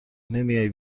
نمیای